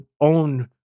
own